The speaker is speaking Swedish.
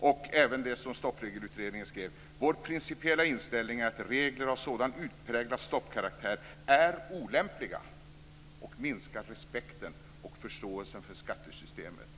liksom på det som man skrev om att utredningens principiella inställning är att regler av sådan utpräglad stoppkaraktär är olämpliga och minskar respekten och förståelsen för skattesystemet.